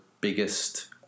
biggest